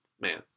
Man